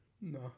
no